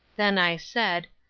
then i said,